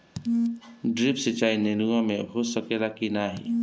Drip सिंचाई नेनुआ में हो सकेला की नाही?